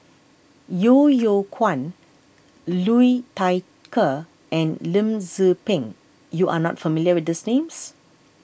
Yeo Yeow Kwang Liu Thai Ker and Lim Tze Peng you are not familiar with these names